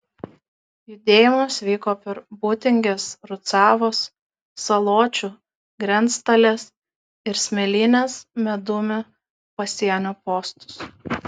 judėjimas vyko per būtingės rucavos saločių grenctalės ir smėlynės medumi pasienio postus